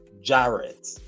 Jarrett